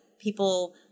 people